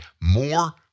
more